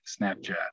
Snapchat